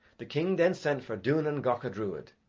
the king then sent for duanan gacha druid,